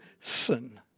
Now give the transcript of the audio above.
sin